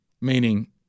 meaning